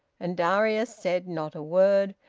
and darius said not a word,